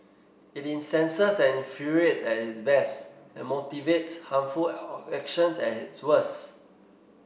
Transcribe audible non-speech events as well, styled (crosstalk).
it incenses and infuriates at its best and motivates harmful (unintelligible) actions at its worst